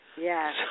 Yes